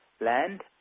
land